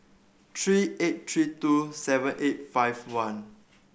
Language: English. three eight three two seven eight five one